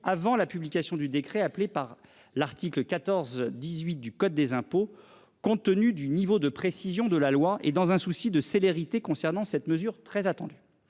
avant la publication du décret, appelé par l'article 14 18 du code des impôts. Compte tenu du niveau de précision de la loi et dans un souci de célérité concernant cette mesure très attendue.